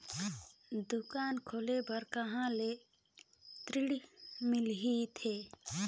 दुकान खोले बार कहा ले ऋण मिलथे?